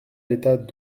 l’état